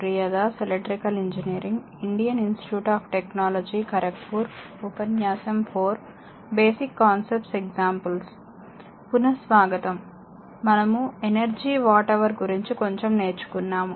పునః స్వాగతం మనము ఎనర్జీ వాట్ హవర్ గురించి కొంచెం నేర్చుకున్నాము